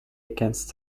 against